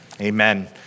Amen